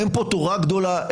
אין פה תורה גדולה,